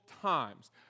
times